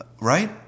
right